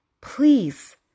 please